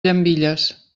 llambilles